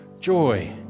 joy